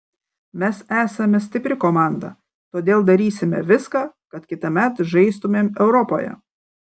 mes esame stipri komanda todėl darysime viską kad kitąmet žaistumėm europoje